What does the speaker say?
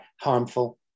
harmful